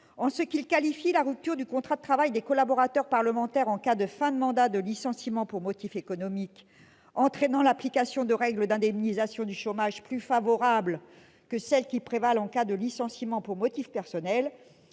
En ce qu'il qualifie la rupture du contrat de travail des collaborateurs parlementaires en cas de fin de mandat de licenciement pour motif économique, entraînant l'application de règles d'indemnisation du chômage plus favorables que celles qui prévalent en cas de licenciement pour motif personnel,